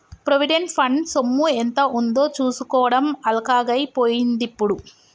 provident fund సొమ్ము ఎంత ఉందో చూసుకోవడం అల్కగై పోయిందిప్పుడు